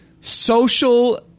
social